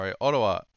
Ottawa